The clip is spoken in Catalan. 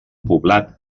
poblat